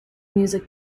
music